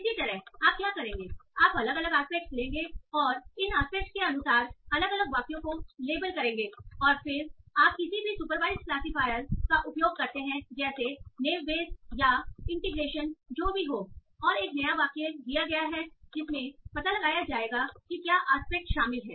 इसी तरह आप क्या करेंगे आप अलग अलग आस्पेक्टस लेंगे और इन आस्पेक्टस के अनुसार अलग अलग वाक्यों को लेबल करेंगे और फिर आप किसी भी सुपरवाइजड क्लासिफायर का उपयोग करते हैं जैसे नेव बेस या इंटीग्रेशन जो भी हो और एक नया वाक्य दिया गया है जिसमें पता लगाया जाएगा कि क्या आस्पेक्ट शामिल है